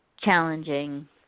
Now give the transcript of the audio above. challenging